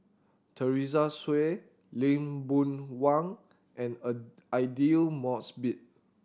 Teresa Hsu Lee Boon Wang and a Aidli Mosbit